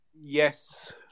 Yes